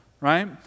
right